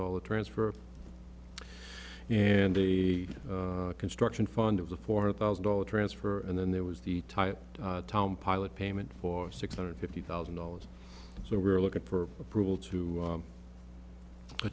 dollars transfer and the construction fund of the four hundred thousand dollars transfer and then there was the tie of tom pilot payment for six hundred fifty thousand dollars so we're looking for approval to